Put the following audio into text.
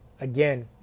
again